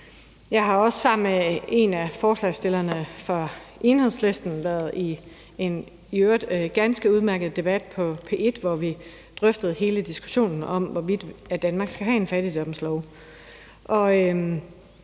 Jeg har også sammen med en af forslagsstillerne fra Enhedslisten været i en i øvrigt ganske udmærket debat på P1, hvor vi drøftede hele diskussionen om, hvorvidt Danmark skal have en fattigdomslov.